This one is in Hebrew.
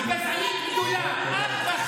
תודה רבה.